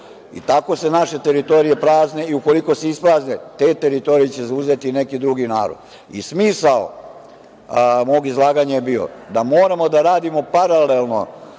Tako se naše teritorije prazne i ukoliko se isprazne, te teritorije će zauzeti neki drugi narod. Smisao mog izlaganja je bio da moramo da radimo paralelno